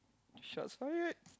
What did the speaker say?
shots fired